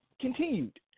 continued